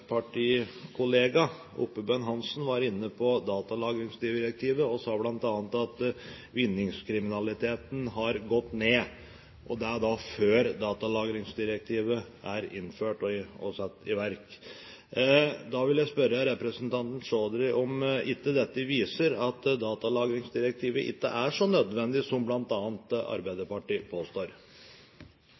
regjeringspartikollega, Oppebøen Hansen, var inne på datalagringsdirektivet, og sa bl.a. at vinningskriminaliteten har gått ned, og det før datalagringsdirektivet er innført og satt i verk. Da vil jeg spørre representanten Chaudhry om ikke dette viser at datalagringsdirektivet ikke er så nødvendig som bl.a. Arbeiderpartiet påstår.